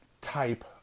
type